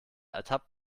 ertappt